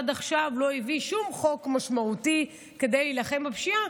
עד עכשיו הוא לא הביא שום חוק משמעותי למלחמה בפשיעה.